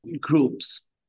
groups